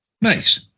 nice